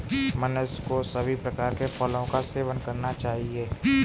मनुष्य को सभी प्रकार के फलों का सेवन करना चाहिए